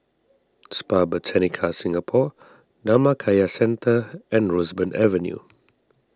Spa Botanica Singapore Dhammakaya Centre and Roseburn Avenue